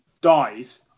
dies